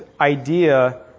idea